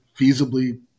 feasibly